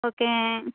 okay